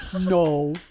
no